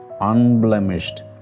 unblemished